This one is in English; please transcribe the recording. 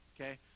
Okay